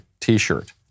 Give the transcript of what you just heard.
t-shirt